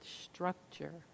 structure